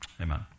Amen